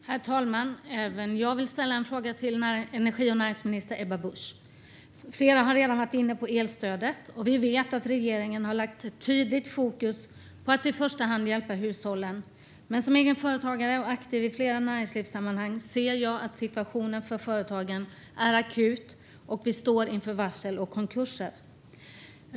Herr talman! Även jag vill ställa en fråga till energi och näringsminister Ebba Busch. Flera har redan varit inne på elstödet. Vi vet att regeringen har lagt tydligt fokus på att i första hand hjälpa hushållen. Men som egen företagare och aktiv i flera näringslivssammanhang ser jag att situationen för företagen är akut. Vi står inför varsel och konkurser.